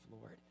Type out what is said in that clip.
Lord